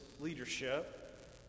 leadership